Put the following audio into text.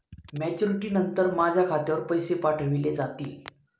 Maturity नंतर माझ्या खात्यावर पैसे पाठविले जातील?